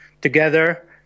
together